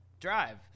drive